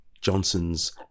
johnson's